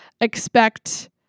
expect